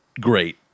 great